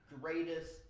greatest